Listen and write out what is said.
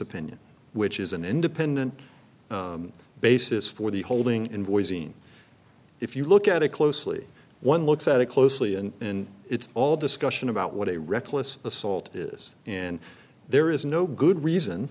opinion which is an independent basis for the holding invoicing if you look at it closely one looks at it closely and in its all discussion about what a reckless assault is and there is no good reason